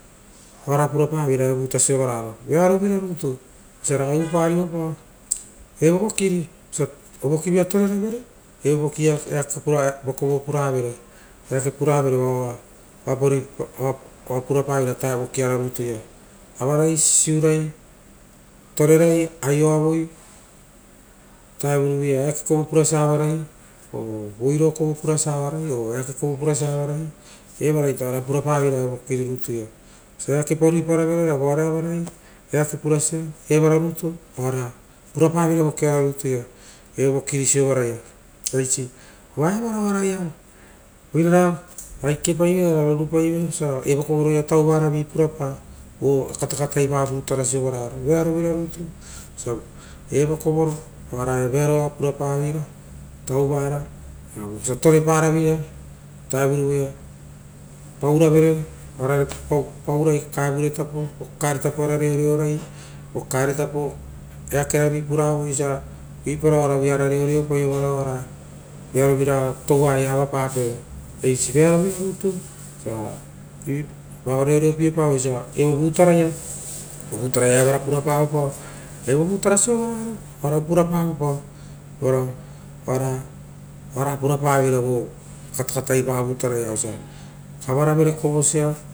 Oira pura paveira evovuta sovaraia rearo vira rutu vosia ragai uvupaerivo pao, evoi voki vosia orokivaia toreravere eakea vokovo puravere, eake puravere uapa riipapara, oa pura parera vokia ra rutu ia avarai sisiurai, torerai aioavoi ora tarovaia eakea urasia avarai voiro kovo purasia avarai oeake kovo evaita oapura paveira vovokiro rutu ia, vosia eakepa ruipa rarei re a vapurosia avaroi, erara rutu oara pura paveira vokia rutu ia. Evo voki soraraia uva eva oaia oirara ragai kekepai vera ra rorupaivere rara evo kovorovi ia tauva ra purapa vo kata katai pa vuta roia. Vearovira rutu osia evokovo oia vearo ara taurara, voisia toreparavere ra ovutarovaia pauira kakae vure tapo vokaekarero tapo ora reoreora ra vo kaekae ro tapo eakerovi puravere osiara ruipara ra oaravu ia ora reorea io, varao ra toua vearo vira raga ava pape. Vearo vira rutu vosia vao reoreo piepa voi. Vutaraia oara ia evara purapaopao, evo vutaro sovara ia oaravu puraparoepa varao oara oara purapaveira vo katakatai pa vutaroia.